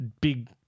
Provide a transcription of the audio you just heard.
big